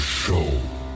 show